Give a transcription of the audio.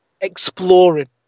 exploring